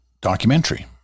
documentary